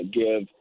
give